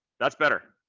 that's better.